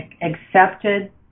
accepted